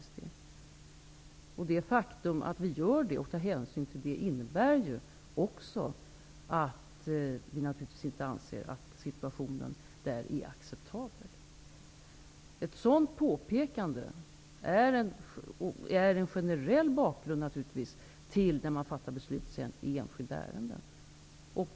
Det faktum att vi läst materialet och tar hänsyn till detta innebär också att vi inte anser att situationen i Peru är acceptabel. Ett sådant påpekande utgör en generell bakgrund när man sedan fattar beslut i enskilda ärenden.